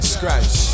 Scratch